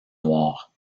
noirs